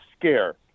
scare